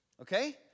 Okay